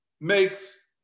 makes